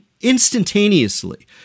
instantaneously